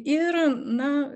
ir na